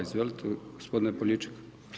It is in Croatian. Izvolite gospodine Poljičak.